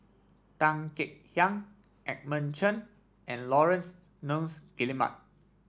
Tan Kek Hiang Edmund Chen and Laurence Nunns Guillemard